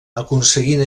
aconseguint